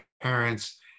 parents